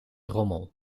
rommel